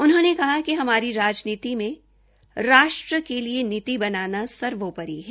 उन्होंने कहा कि हमारी राजनीति में राष्ट के लिए नीति बनाना सर्वोपरि है